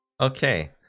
Okay